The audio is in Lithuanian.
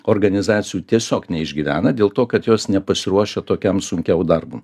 organizacijų tiesiog neišgyvena dėl to kad jos nepasiruošę tokiam sunkiam darbui